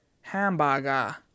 Hamburger